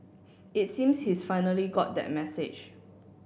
it seems he's finally got that message